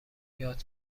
یاد